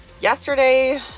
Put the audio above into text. Yesterday